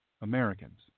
Americans